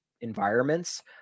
environments